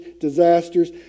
disasters